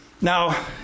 Now